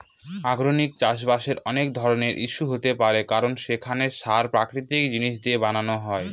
organic চাষবাসের অনেক ধরনের ইস্যু হতে পারে কারণ সেখানে সার প্রাকৃতিক জিনিস দিয়ে বানানো হয়